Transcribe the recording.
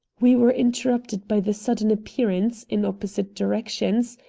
we were interrupted by the sudden appearance, in opposite directions,